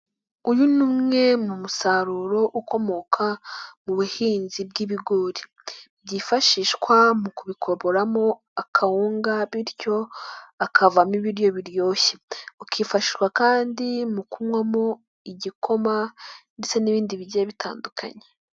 Uyu ni umwe mu musaruro ukomoka mu buhinzi bw'ibigori byifashishwa mu kubikoboramo akawunga bityo hakavamo ibiryo biryoshye, ukifashishwa kandi mu kunywamo igikoma ndetse n'ibindi bigiye bitandukanye.